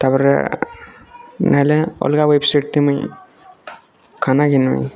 ତା'ପରେ ନହେଲେ ଅଲଗା ୱେବସାଇଟ୍ ଥି ମୁଇଁ ଖାନା ଘିନମିଁ